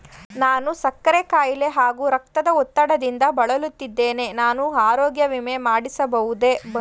ನಾನು ಸಕ್ಕರೆ ಖಾಯಿಲೆ ಹಾಗೂ ರಕ್ತದ ಒತ್ತಡದಿಂದ ಬಳಲುತ್ತಿದ್ದೇನೆ ನಾನು ಆರೋಗ್ಯ ವಿಮೆ ಮಾಡಿಸಬಹುದೇ?